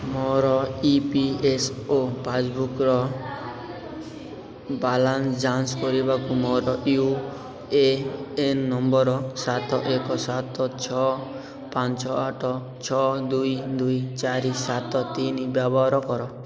ମୋର E P F O ପାସ୍ବୁକ୍ର balance ଯାଞ୍ଚ କରିବାକୁ ମୋର ୟୁ ଏ ଏନ୍ ନମ୍ବର ସାତ ଏକ ସାତ ଛଅ ପାଞ୍ଚ ଆଠ ଛଅ ଦୁଇ ଦୁଇ ଚାରି ସାତ ତିନି ବ୍ୟବହାର କର